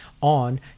on